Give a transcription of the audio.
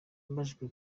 abajijwe